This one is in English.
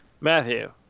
Matthew